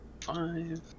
five